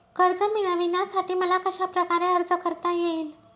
कर्ज मिळविण्यासाठी मला कशाप्रकारे अर्ज करता येईल?